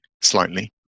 Slightly